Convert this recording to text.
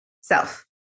Self